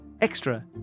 extra